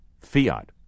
Fiat